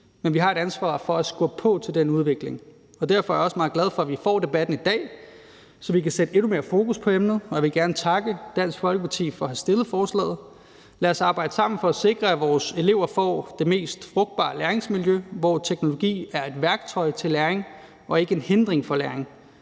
men vi har et ansvar for at skubbe på i forhold til den udvikling, og derfor er jeg også meget glad for, at vi får debatten i dag, så vi kan sætte endnu mere fokus på emnet, og jeg vil gerne takke Dansk Folkeparti for at have stillet forslaget. Lad os arbejde sammen for at sikre, at vores elever får det mest frugtbare læringsmiljø, hvor teknologi er et værktøj til læring og ikke en hindring for læring.